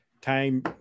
time